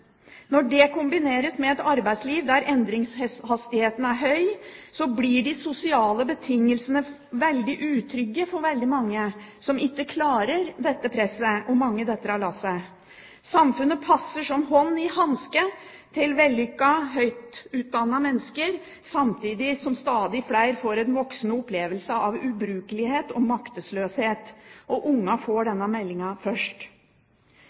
Når det kombineres med et arbeidsliv der endringshastigheten er høy, blir de sosiale betingelsene veldig utrygge for mange som ikke klarer dette presset, og mange detter av lasset. Samfunnet passer som hånd i hanske til vellykkede, høyt utdannede mennesker, samtidig som stadig flere får en voksende opplevelse av ubrukelighet og maktesløshet. Og barna får denne meldingen først.